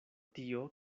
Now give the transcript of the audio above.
tio